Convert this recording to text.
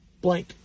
blank